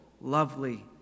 lovely